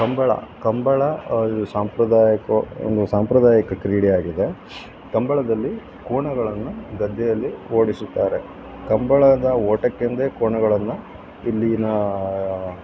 ಕಂಬಳ ಕಂಬಳ ಸಾಂಪ್ರದಾಯಿಕ ಒಂದು ಸಾಂಪ್ರದಾಯಿಕ ಕ್ರೀಡೆಯಾಗಿದೆ ಕಂಬಳದಲ್ಲಿ ಕೋಣಗಳನ್ನು ಗದ್ದೆಯಲ್ಲಿ ಓಡಿಸುತ್ತಾರೆ ಕಂಬಳದ ಓಟಕ್ಕೆಂದೇ ಕೋಣಗಳನ್ನು ಇಲ್ಲಿನ